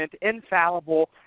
infallible